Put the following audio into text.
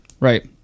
right